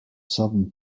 southern